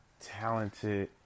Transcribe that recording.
talented